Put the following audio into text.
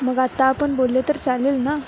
मग आत्ता आपण बोलले तर चालेल ना